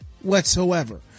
whatsoever